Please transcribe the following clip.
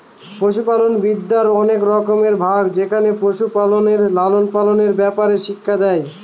পশুপালনবিদ্যার অনেক রকম ভাগ যেখানে পশু প্রাণীদের লালন পালনের ব্যাপারে শিক্ষা দেয়